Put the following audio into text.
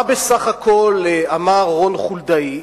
מה בסך הכול אמר רון חולדאי?